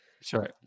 Sure